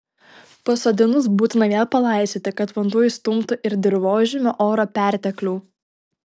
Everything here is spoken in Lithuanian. pasodinus būtina vėl palaistyti kad vanduo išstumtų ir dirvožemio oro perteklių